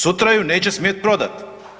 Sutra ju neće smjet prodat.